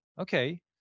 okay